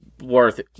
worth